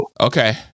Okay